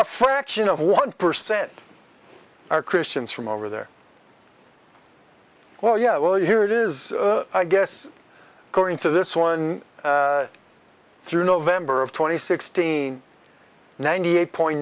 a fraction of one percent are christians from over there oh yeah well here it is i guess according to this one through november of two thousand and sixteen ninety eight point